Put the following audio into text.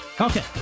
Okay